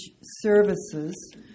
services